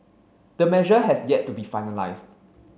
the measure has yet to be finalised